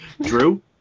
Drew